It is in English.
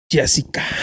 jessica